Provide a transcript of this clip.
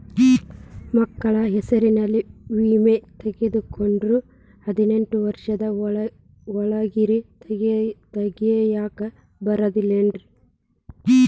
ಮಕ್ಕಳ ಹೆಸರಲ್ಲಿ ವಿಮೆ ತೊಗೊಂಡ್ರ ಹದಿನೆಂಟು ವರ್ಷದ ಒರೆಗೂ ತೆಗಿಯಾಕ ಬರಂಗಿಲ್ಲೇನ್ರಿ?